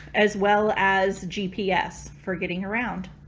as well as gps for getting around.